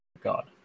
God